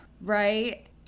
Right